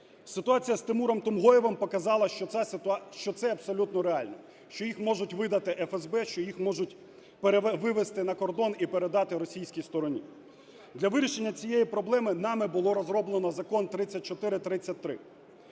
Ситуація з Тимуром Тумгоєвим показала, що це абсолютно реально, що їх можуть видати ФСБ, що їх можуть вивезти на кордон і передати російській стороні. Для вирішення цієї проблеми нами було розроблено Закон 3433.